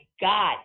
god